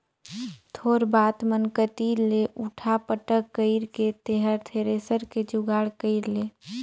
थोर बात मन कति ले उठा पटक कइर के तेंहर थेरेसर के जुगाड़ कइर ले